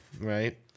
right